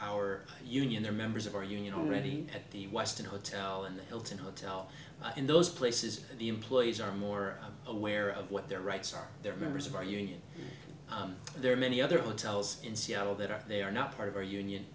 our union they're members of our union already at the westin hotel in the hilton hotel in those places and the employees are more aware of what their rights are their members of our union there are many other hotels in seattle that are they are not part of our union